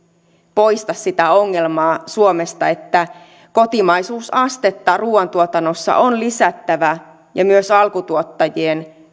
poista suomesta sitä ongelmaa että kotimaisuusastetta ruoantuotannossa on lisättävä ja myös alkutuottajien